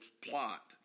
plot